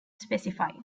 specified